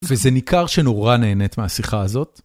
וזה ניכר שנורא נהנית מהשיחה הזאת.